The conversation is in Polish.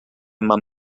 mam